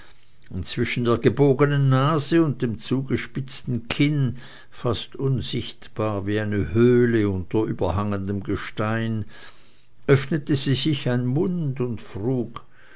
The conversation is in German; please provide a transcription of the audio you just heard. zwischen der gebogenen nase und dem zugespitzten kinn fast unsichtbar wie eine höhle unter überhangendem gestein öffnete sich ein mund und frug